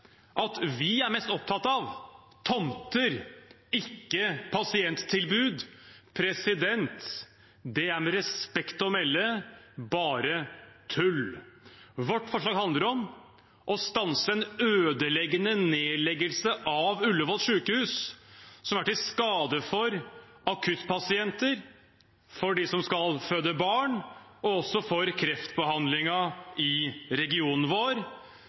at vi er mest opptatt av tomter, ikke pasienttilbud. Det er, med respekt å melde, bare tull. Vårt forslag handler om å stanse en ødeleggende nedleggelse av Ullevål sykehus som er til skade for akuttpasienter, for dem som skal føde barn, og også for kreftbehandlingen i regionen vår.